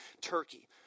Turkey